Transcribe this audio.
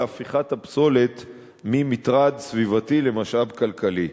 של הפיכת הפסולת ממטרד סביבתי למשאב כלכלי.